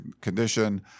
condition